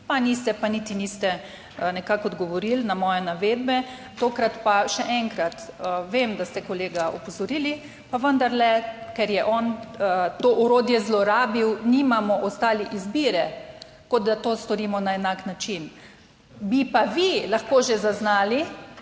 pa niste, pa niti niste nekako odgovorili na moje navedbe. Tokrat pa še enkrat, vem, da ste kolega opozorili, pa vendarle, ker je on to orodje zlorabil, nimamo ostali izbire, kot da to storimo na enak način. Bi pa vi lahko že zaznali,